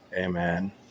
Amen